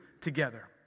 together